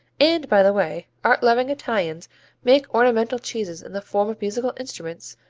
and by the way, art-loving italians make ornamental cheeses in the form of musical instruments,